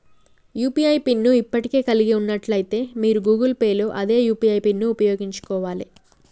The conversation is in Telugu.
యూ.పీ.ఐ పిన్ ను ఇప్పటికే కలిగి ఉన్నట్లయితే మీరు గూగుల్ పే లో అదే యూ.పీ.ఐ పిన్ను ఉపయోగించుకోవాలే